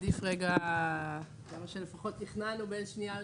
עדיף רגע את מה שלפחות תכננו שיהיה בין קריאה שנייה לשלישית,